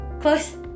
Close